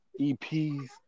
EPs